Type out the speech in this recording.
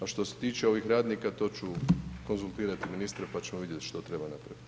A što se tiče ovih radnika, to ću konzultirati ministra pa ćemo vidjeti što treba napraviti.